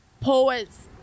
poets